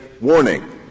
warning